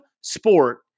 sport